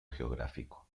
geográfico